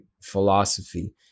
philosophy